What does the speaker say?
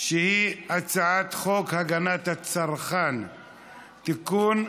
שהיא הצעת חוק הגנת הצרכן (תיקון,